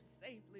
safely